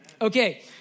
Okay